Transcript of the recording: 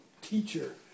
teacher